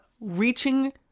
reaching